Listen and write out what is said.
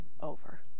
over